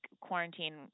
quarantine